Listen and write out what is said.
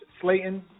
Slayton